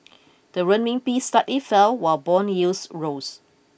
the Renminbi slightly fell while bond yields rose